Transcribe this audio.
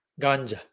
ganja